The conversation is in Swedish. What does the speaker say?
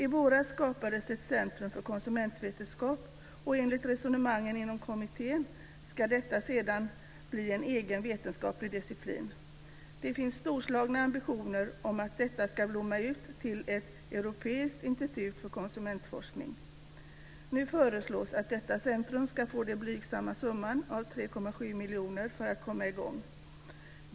I våras skapades ett centrum för konsumentvetenskap, och enligt resonemangen inom kommittén ska detta sedan bli en egen vetenskaplig disciplin. Det finns storslagna ambitioner om att detta ska blomma ut till ett europeiskt institut för konsumentforskning. Nu föreslås att detta centrum ska få den blygsamma summan av 3,7 miljoner för att komma i gång.